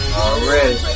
alright